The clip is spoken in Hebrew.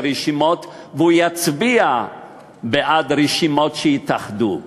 רשימות ושהוא יצביע בעד רשימות שיתאחדו.